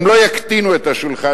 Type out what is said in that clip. הם לא יקטינו את השולחן,